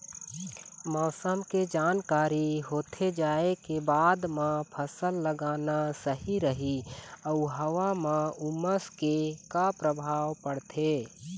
मौसम के जानकारी होथे जाए के बाद मा फसल लगाना सही रही अऊ हवा मा उमस के का परभाव पड़थे?